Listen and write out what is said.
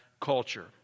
culture